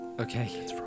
Okay